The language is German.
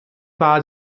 war